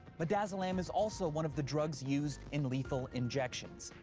midazolam is also one of the drugs used in lethal injections,